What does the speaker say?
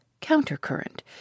counter-current